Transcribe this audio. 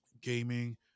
gaming